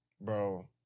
Bro